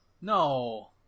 No